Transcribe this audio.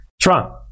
Trump